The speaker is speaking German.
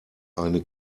eine